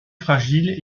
fragile